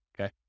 okay